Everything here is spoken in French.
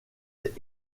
est